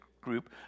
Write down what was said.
group